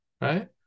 right